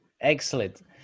Excellent